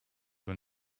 when